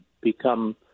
become